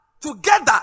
Together